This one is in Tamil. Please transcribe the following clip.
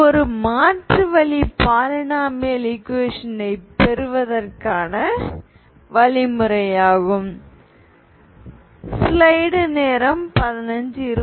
இது ஒரு மாற்று வழி பாலினாமியல் ஈக்குவேஷன்யை பெறுவதற்கு